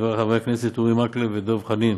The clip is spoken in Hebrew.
חבריי חברי הכנסת, אורי מקלב ודב חנין,